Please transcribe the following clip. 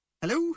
Hello